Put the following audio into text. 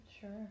Sure